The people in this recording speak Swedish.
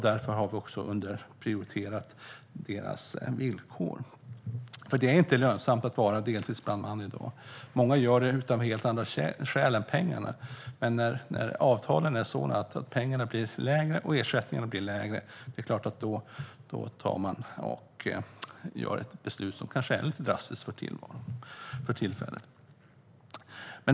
Därför har vi också underprioriterat deltidsbrandmännens villkor. Det är inte lönsamt att vara deltidsbrandman i dag. Många är det av helt andra skäl än pengar. Men när avtalen innebär att ersättningen blir lägre är det klart att man fattar ett beslut som kan vara lite drastiskt för tillfället.